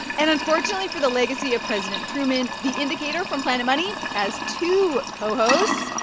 and unfortunately for the legacy of president truman, the indicator from planet money has two co-hosts.